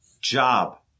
job